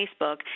Facebook